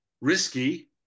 risky